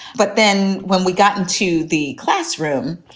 but then when we got into the classroom,